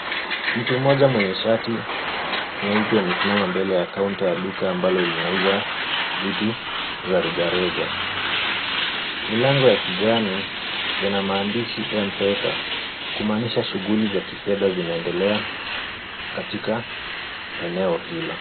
Mtu mmoja mwenye shati nyeupe amesimama mbele ya kaunta ya duka ambalo linauza vitu za reja reja. Milango ya kijani ina maandishi M-Pesa, kumaanisha shughuli za kifedha zinaendelea katika eneo hilo.